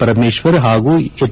ಪರಮೇಶ್ವರ್ ಹಾಗೂ ಹೆಚ್